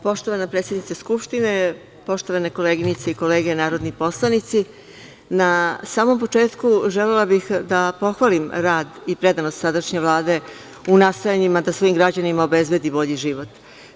Poštovana predsednice skupštine, poštovane koleginice i kolege narodni poslanici, na samom početku želela bih da pohvalim rad i predanost sadašnje Vlade u nastojanjima da svojim građanima obezbedi bolji život.